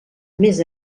més